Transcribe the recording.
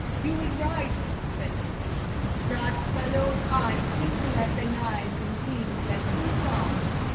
you is right, said henri dat fellow's eyes twinkle at de knives and tings like two stars.